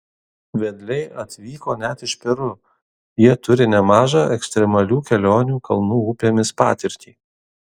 vedliai atvyko net iš peru jie turi nemažą ekstremalių kelionių kalnų upėmis patirtį